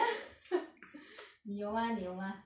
你有吗你有吗